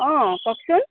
অঁ কওকচোন